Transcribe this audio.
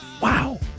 Wow